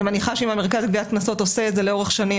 אני מניחה שאם המרכז לגביית קנסות עושה את זה לאורך שנים,